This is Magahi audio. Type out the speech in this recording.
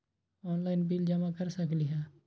ऑनलाइन बिल जमा कर सकती ह?